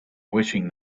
wishing